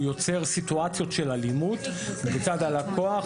הוא יוצר סיטואציות של אלימות מצד הלקוח,